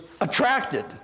attracted